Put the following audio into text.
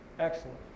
Excellent